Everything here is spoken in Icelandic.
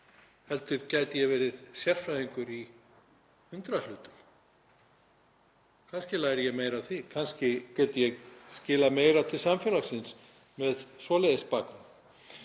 heldur gæti ég verið sérfræðingur í hundrað hlutum. Kannski læri ég meira af því. Kannski get ég skilað meiru til samfélagsins með svoleiðis bakgrunn.